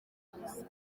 kaminuza